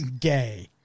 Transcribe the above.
gay